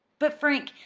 but, frank,